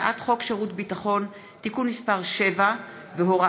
הצעת חוק שירות ביטחון (תיקון מס' 7 והוראת